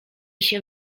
się